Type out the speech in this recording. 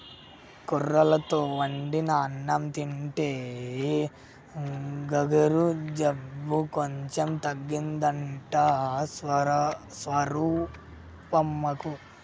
కొర్రలతో వండిన అన్నం తింటే షుగరు జబ్బు కొంచెం తగ్గిందంట స్వరూపమ్మకు